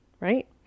right